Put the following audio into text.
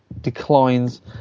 declines